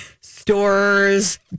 Stores